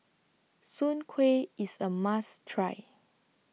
Soon Kway IS A must Try